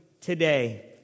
today